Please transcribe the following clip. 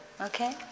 okay